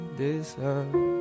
deserve